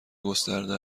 گسترده